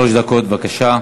שלוש דקות, בבקשה.